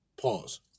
pause